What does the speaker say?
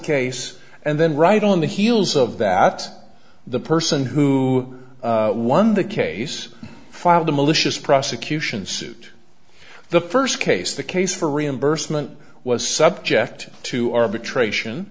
case and then right on the heels of that the person who won the case filed the malicious prosecution suit the first case the case for reimbursement was subject to arbitration